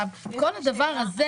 כל הדבר הזה